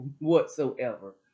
whatsoever